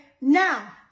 now